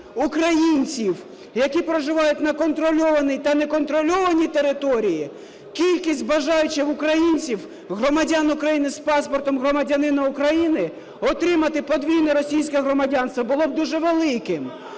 українців, які проживають на контрольованій та неконтрольованій території, кількість бажаючих українців, громадян України з паспортом громадянина України отримати подвійне російське громадянство було б дуже великим,